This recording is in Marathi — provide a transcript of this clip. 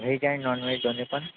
व्हेज आणि नॉनव्हेज दोन्ही पण